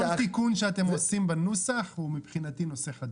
כל תיקון שאתם עושים בנוסח, מבחינתי הוא נושא חדש.